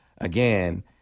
again